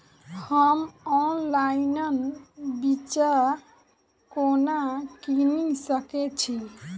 हम ऑनलाइन बिच्चा कोना किनि सके छी?